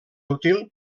útil